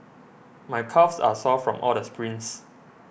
my calves are sore from all the sprints